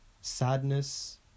sadness